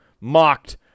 mocked